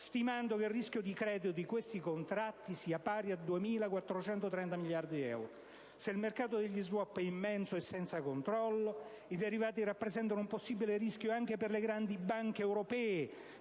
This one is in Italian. stimando che il rischio di credito di questi contratti sia pari a 2.430 miliardi di euro. Se il mercato degli *swap* è immenso e senza controllo, i derivati rappresentano un possibile rischio anche per le grandi banche europee,